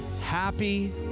Happy